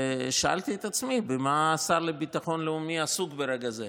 ושאלתי את עצמי במה השר לביטחון לאומי עסוק ברגע זה,